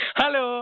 Hello